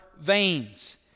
veins